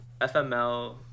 FML